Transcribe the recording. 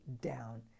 down